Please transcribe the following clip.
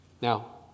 Now